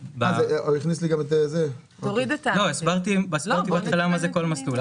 הוא הכניס גם את --- הסברתי בהתחלה מה זה כל מסלול.